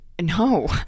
No